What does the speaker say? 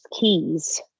keys